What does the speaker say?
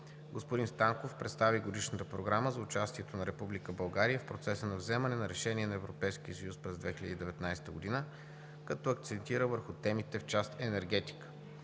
Господин Станков представи Годишната програма за участието на Република България в процеса на вземане на решения на Европейския съюз през 2019 г., като акцентира върху темите в част „Енергетика“.